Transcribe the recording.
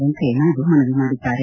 ವೆಂಕಯ್ಯನಾಯ್ಡು ಮನವಿ ಮಾಡಿದ್ದಾರೆ